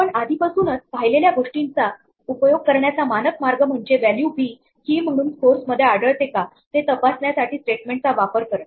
आपण आधीपासूनच पाहिलेल्या गोष्टींचा उपयोग करण्याचा मानक मार्ग म्हणजे व्हॅल्यू बी कि म्हणून स्कॉर्स मध्ये आढळते का ते तपासण्यासाठी स्टेटमेंट चा वापर करणे